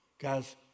Guys